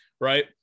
right